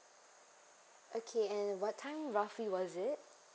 okay and what time roughly was it